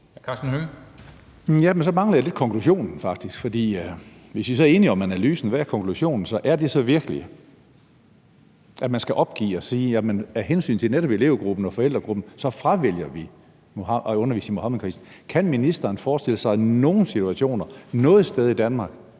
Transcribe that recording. Karsten Hønge (SF): Så mangler jeg faktisk konklusionen lidt. For hvis vi er enige om analysen, hvad er konklusionen så? Er den så virkelig, at man skal opgive og sige, at af hensyn til netop elevgruppen og forældregruppen fravælger man at undervise i Muhammedkrisen? Kan ministeren forestille sig nogen situation noget sted i Danmark,